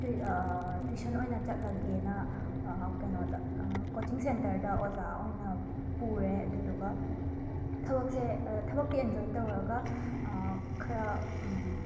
ꯇꯨꯏ tuition ꯑꯣꯏꯅ ꯆꯠꯂꯒꯦꯅ ꯀꯩꯅꯣꯗ ꯀꯣꯆꯤꯡ ꯁꯦꯟꯇꯔꯗ ꯑꯣꯖꯥ ꯑꯣꯏꯅ ꯄꯨꯔꯦ ꯑꯗꯨꯗꯨꯒ ꯊꯕꯛꯁꯦ ꯊꯕꯛꯇꯤ ꯑꯦꯟꯖꯣꯏ ꯇꯧꯔꯒ ꯈꯔ